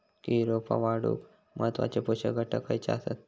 केळी रोपा वाढूक महत्वाचे पोषक घटक खयचे आसत?